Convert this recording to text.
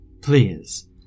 Please